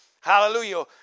Hallelujah